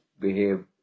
behave